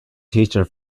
teacher